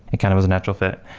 it kind of was a natural fit.